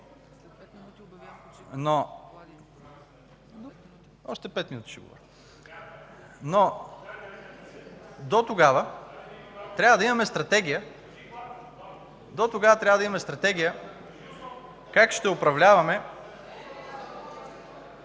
Но дотогава трябва да имаме стратегия как ще управляваме...